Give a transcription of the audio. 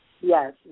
Yes